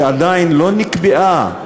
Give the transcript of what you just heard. שעדיין לא נקבעה